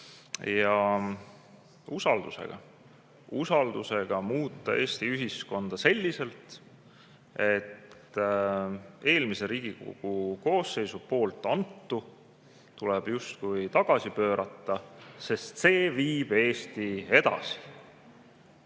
ja usaldusega. Usaldusega muuta Eesti ühiskonda selliselt, et eelmise Riigikogu koosseisu poolt antu tuleb justkui tagasi pöörata, sest see viib Eestit